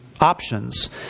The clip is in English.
options